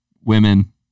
women